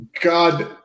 God